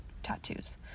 tattoos